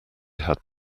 had